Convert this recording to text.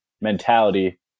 mentality